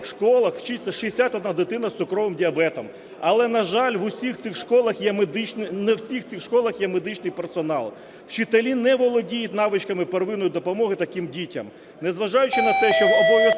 11 школах вчиться 61 дитина з цукровим діабетом. Але, на жаль, не в усіх цих школах є медичний персонал, вчителі не володіють навичками первинної допомоги таким дітям.